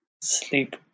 sleep